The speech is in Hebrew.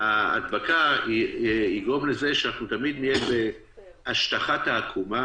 ההדבקה יגרום לזה שאנחנו תמיד נהיה בהשטחת העקומה,